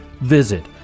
Visit